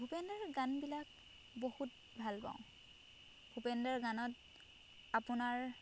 ভূপেনদাৰ গানবিলাক বহুত ভালপাওঁ ভূপেনদাৰ গানত আপোনাৰ